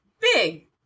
big